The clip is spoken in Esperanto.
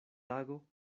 tago